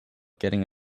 getting